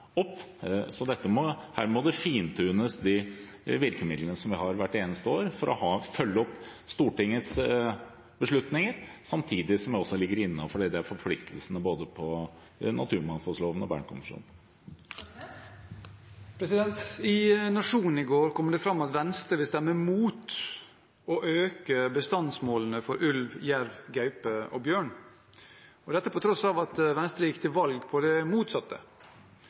å følge opp Stortingets beslutninger samtidig som man ligger innenfor forpliktelsene i naturmangfoldloven og Bernkonvensjonen. I Nationen i går kom det fram at Venstre vil stemme imot å øke bestandsmålene for ulv, jerv, gaupe og bjørn – dette til tross for at Venstre gikk til valg på det motsatte.